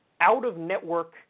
out-of-network